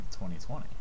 2020